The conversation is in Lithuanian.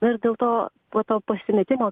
na ir dėl to po to pasimetimo